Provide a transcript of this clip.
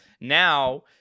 Now